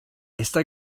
está